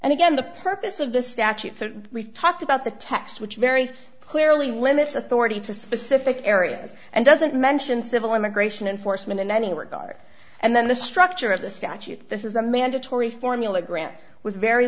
and again the purpose of the statutes we've talked about the text which very clearly limits authority to specific areas and doesn't mention civil immigration enforcement in any regard and then the structure of the statute this is a mandatory formula grant with very